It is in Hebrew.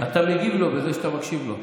אתה מגיב לו בזה שאתה מקשיב לו.